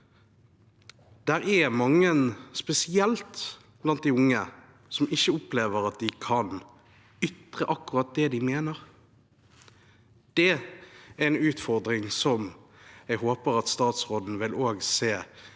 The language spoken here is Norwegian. Det er mange, spesielt blant de unge, som ikke opplever at de kan ytre akkurat det de mener. Det er en utfordring som jeg håper at statsråden også